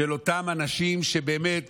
של אותם אנשים שבאמת